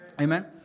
Amen